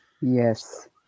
Yes